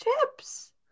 Chips